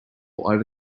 over